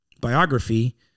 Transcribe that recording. biography